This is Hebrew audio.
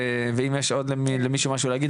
ואם יש למישהו מה להוסיף,